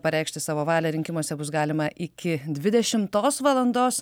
pareikšti savo valią rinkimuose bus galima iki dvidešimtos valandos